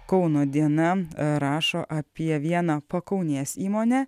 kauno diena rašo apie vieną pakaunės įmonę